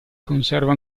conserva